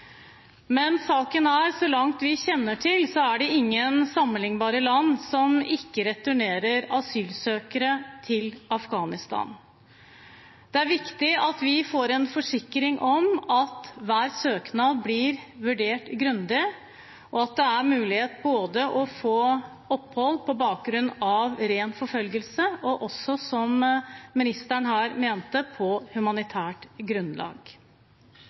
Men saken er: Så langt vi kjenner til, er det ingen sammenlignbare land som ikke returnerer asylsøkere til Afghanistan. Det er viktig at vi får forsikring om at hver søknad blir vurdert grundig, og at det er mulig å få opphold både på bakgrunn av ren forfølgelse og – som ministeren her nevnte – på humanitært grunnlag.